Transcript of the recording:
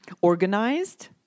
organized